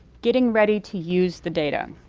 getting ready to use the data.